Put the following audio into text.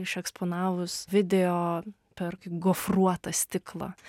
išeksponavus video per kaip gofruotą stiklą